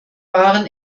waren